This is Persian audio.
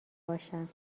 باشم